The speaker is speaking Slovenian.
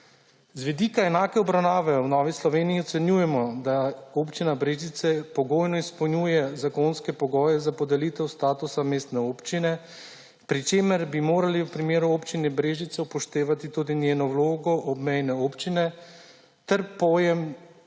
Z vidika enake obravnave v Novi Sloveniji ocenjujemo, da Občina Brežice pogojno izpolnjuje zakonske pogoje za podelitev statusa mestne občine, pri čemer bi morali v primeru Občine Brežice upoštevati tudi njeno vlogo obmejne občine ter pojem pomen